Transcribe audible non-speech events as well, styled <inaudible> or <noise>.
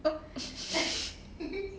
<laughs>